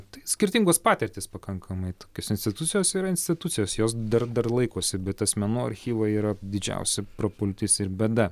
tai skirtingos patirtys pakankamai tokios institucijos yra institucijos jos dar dar laikosi bet asmenų archyvai yra didžiausia prapultis ir bėda